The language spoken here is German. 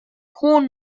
hohen